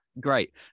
great